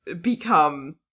become